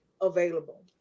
available